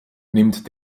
nimmt